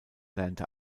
lernte